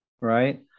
right